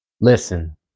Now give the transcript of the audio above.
Listen